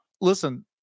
listen